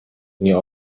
nie